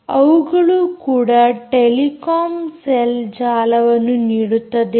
ಅವುಗಳು ಕೂಡ telecom cell ಜಾಲವನ್ನು ನೀಡುತ್ತದೆ